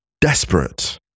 desperate